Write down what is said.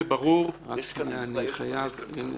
זה ברור -- אני חייב לסיים.